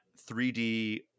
3D